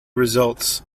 results